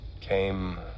came